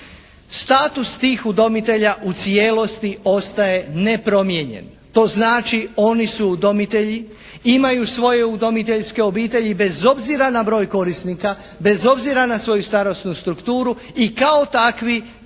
Status tih udomitelja u cijelosti ostaje nepromijenjen. To znači oni su udomitelji. Imaju svoje udomiteljske obitelji bez obzira na broj korisnika, bez obzira na svoju starosnu strukturu i kao takvi,